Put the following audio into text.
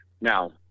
Now